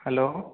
hello